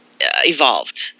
evolved